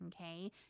okay